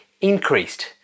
increased